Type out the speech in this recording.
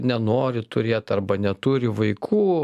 nenori turėt arba neturi vaikų